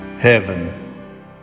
Heaven